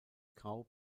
grau